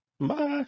Bye